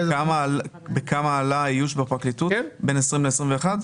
בכמה עלה האיוש בפרקליטות בין 2020 ל-2021?